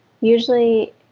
usually